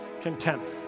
contempt